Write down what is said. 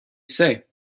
say